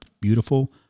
beautiful